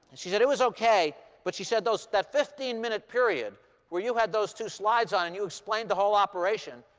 she said, it was okay. but she said, that fifteen minute period where you had those two slides on, and you explained the whole operation,